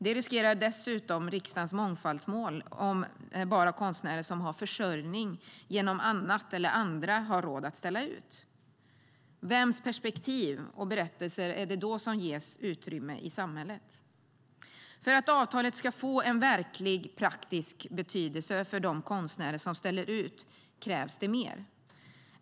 Det riskerar dessutom riksdagens mångfaldsmål om bara konstnärer som har försörjning genom annat eller andra har råd att ställa ut. Vems perspektiv och berättelser är det då som ges utrymme i samhället? För att avtalet ska få en verklig, praktisk betydelse för de konstnärer som ställer ut krävs det mer.